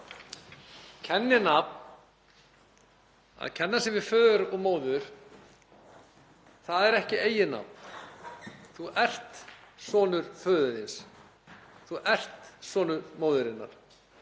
Kenninafn, að kenna sig við föður og móður, er ekki eigið nafn. Þú ert sonur föður þíns, þú ert sonur móður þinnar.